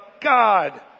God